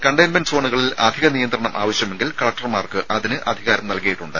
containment സോണുകളിൽ അധിക നിയന്ത്രണം ആവശ്യമെങ്കിൽ കലക്ടർമാർക്ക് അതിന് അധികാരം നൽകിയിട്ടുണ്ട്